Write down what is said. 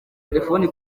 telefone